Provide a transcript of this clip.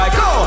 go